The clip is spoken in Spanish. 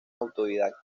autodidacta